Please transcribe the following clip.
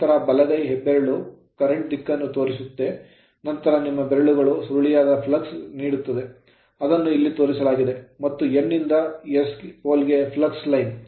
ನಂತರ ಬಲಗೈ ಹೆಬ್ಬೆರಳು current ಕರೆಂಟ್ ದಿಕ್ಕನ್ನು ತೋರಿಸುತ್ತಾ ನಂತರ ನಿಮ್ಮ ಬೆರಳುಗಳು ಸುರುಳಿಯಾದ flux ಫ್ಲಕ್ಸ್ ನ ದಿಕ್ಕನ್ನು ನೀಡುತ್ತದೆ ಅದನ್ನು ಇಲ್ಲಿ ತೋರಿಸಲಾಗಿದೆ ಮತ್ತು N ಇಂದ S pole ಗೆ pole flux line flux line